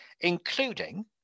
including